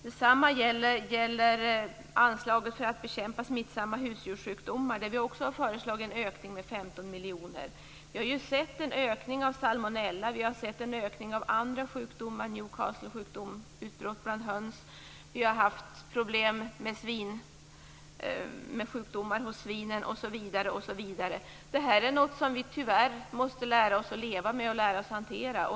Detsamma gäller anslaget för att bekämpa smittsamma husdjurssjukdomar. Där har vi också föreslagit en ökning med 15 miljoner. Vi har ju sett en ökning av salmonella. Vi har sett en ökning av andra sjukdomar, t.ex. utbrott av Newcastlesjuka bland höns. Vi har haft problem med sjukdomar hos svinen osv. Det här är något som vi tyvärr måste lära oss att leva med och lära oss hantera.